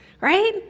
Right